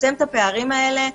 לצמצם את הפערים האלה.